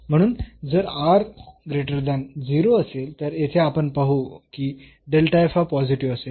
म्हणून जर असेल तर येथे आपण पाहू की हा पॉझिटिव्ह असेल